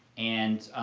and,